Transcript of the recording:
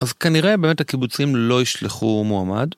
אז כנראה באמת הקיבוצים לא ישלחו מועמד.